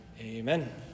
Amen